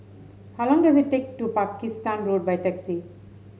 how long does it take to Pakistan Road by taxi